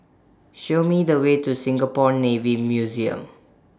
Show Me The Way to Singapore Navy Museum